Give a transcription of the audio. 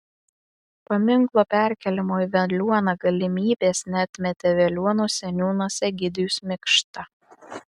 paminklo perkėlimo į veliuoną galimybės neatmetė veliuonos seniūnas egidijus mikšta